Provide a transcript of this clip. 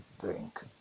drink